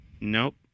Nope